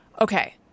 okay